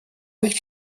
nicht